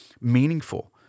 meaningful